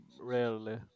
rarely